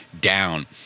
down